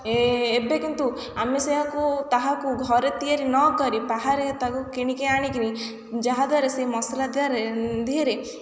ଏବେ କିନ୍ତୁ ଆମେ ସେଆକୁ ତାହାକୁ ଘରେ ତିଆରି ନ କରି ବାହାରେ ତାକୁ କିଣିକି ଆଣିକିନି ଯାହାଦ୍ୱାରା ସେ ମସଲା ଦେହରେ